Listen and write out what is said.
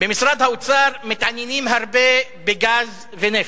במשרד האוצר מתעניינים הרבה בגז ונפט,